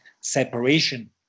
separation